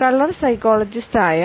colour സൈക്കോളജിസ്റ്റായ